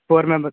four members